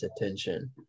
attention